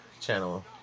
channel